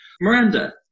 Miranda